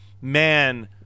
Man